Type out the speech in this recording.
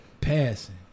passing